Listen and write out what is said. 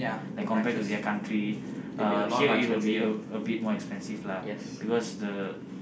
like compared to their country uh here it will be a a bit more expensive lah because the